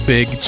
Big